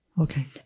okay